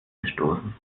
gestoßen